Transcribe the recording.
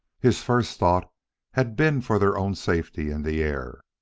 his first thought had been for their own safety in the air,